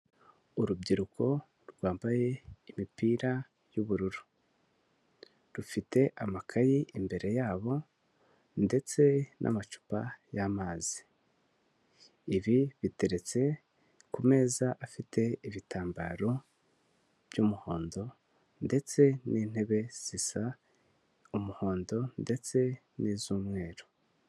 Urubyiruko rwambaye imipira y'ubururu. Rufite amakayi imbere yabo ndetse n'amacupa y'amazi. Ibi biteretse ku meza afite ibitambaro by'umuhondo ndetse n'intebe zisa umuhondo ndetse n'iz'umweru.